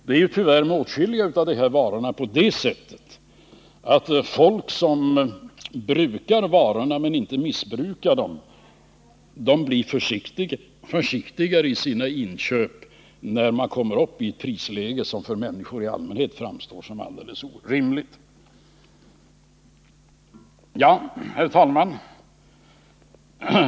Med åtskilliga av dessa varor är det ju tyvärr på det sättet att människor som brukar dessa varor men inte missbrukar dem blir försiktigare i sina inköp när de kommer upp i prislägen som för människor i allmänhet framstår som alldeles orimliga. Herr talman!